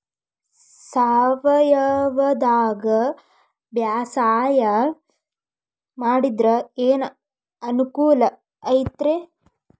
ಸಾವಯವದಾಗಾ ಬ್ಯಾಸಾಯಾ ಮಾಡಿದ್ರ ಏನ್ ಅನುಕೂಲ ಐತ್ರೇ?